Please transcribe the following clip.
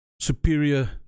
superior